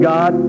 God